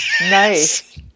Nice